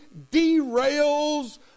derails